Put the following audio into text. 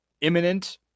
imminent